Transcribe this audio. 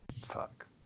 fuck